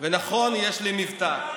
ונכון, יש לי מבטא,